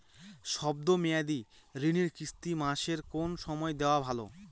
শব্দ মেয়াদি ঋণের কিস্তি মাসের কোন সময় দেওয়া ভালো?